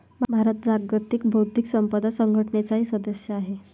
भारत जागतिक बौद्धिक संपदा संघटनेचाही सदस्य आहे